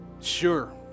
Sure